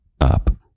up